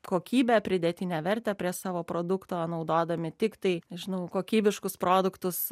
kokybę pridėtinę vertę prie savo produkto naudodami tiktai žinoma kokybiškus produktus